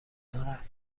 دارم